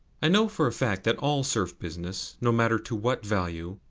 i know for a fact that all serf business, no matter to what value,